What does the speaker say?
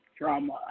Drama